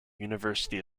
university